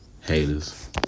Haters